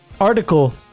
Article